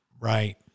Right